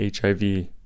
HIV